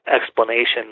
explanation